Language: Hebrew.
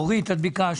אורית, את ביקשת.